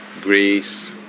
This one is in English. Greece